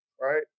right